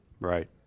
right